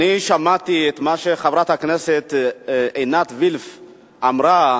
אני שמעתי את מה שחברת הכנסת עינת וילף אמרה: